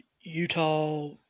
Utah